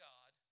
God